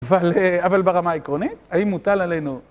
אבל ברמה עקרונית, האם מוטל עלינו...